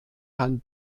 herrn